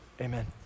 amen